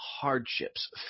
hardships